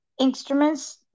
Instruments